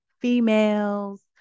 females